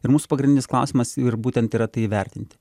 ir mūsų pagrindinis klausimas ir būtent yra tai įvertinti